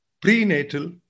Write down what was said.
prenatal